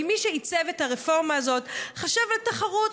כי מי שעיצב את הרפורמה הזאת חשב על תחרות